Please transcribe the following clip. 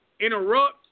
interrupt